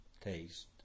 taste